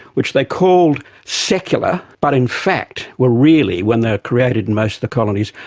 which they called secular but in fact were really, when they were created in most of the colonies,